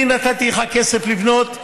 אני נתתי לך כסף לבנות,